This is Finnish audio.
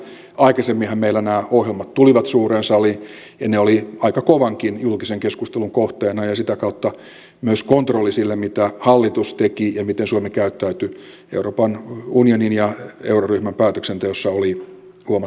aikaisemminhan meillä nämä ohjelmat tulivat suureen saliin ja ne olivat aika kovankin julkisen keskustelun kohteena ja sitä kautta myös kontrolli sille mitä hallitus teki ja miten suomi käyttäytyi euroopan unionin ja euroryhmän päätöksenteossa oli huomattavan tiukka